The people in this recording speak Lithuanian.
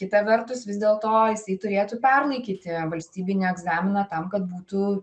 kita vertus vis dėl to jis turėtų perlaikyti valstybinį egzaminą tam kad būtų